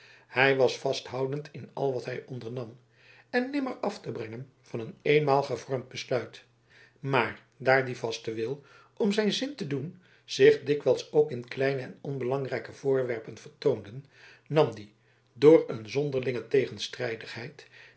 hij was vasthoudend in al wat hij ondernam en nimmer af te brengen van een eenmaal gevormd besluit maar daar die vaste wil om zijn zin te doen zich dikwijls ook in kleine en onbelangrijke voorwerpen vertoonde nam die door een zonderlinge tegenstrijdigheid